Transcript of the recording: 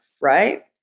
right